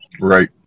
right